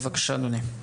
בבקשה אדוני.